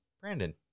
Brandon